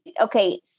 Okay